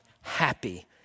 happy